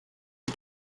die